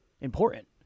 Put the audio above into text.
important